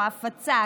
ההפצה,